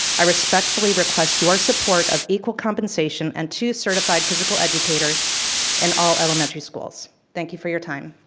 i respectfully request your support of equal compensation and two certified physical educators in all elementary schools. thank you for your time.